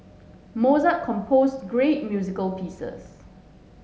Mozart composed great music pieces